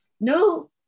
No